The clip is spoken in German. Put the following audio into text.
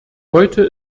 heute